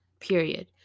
period